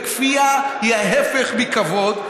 כפייה היא ההפך מכבוד.